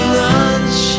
lunch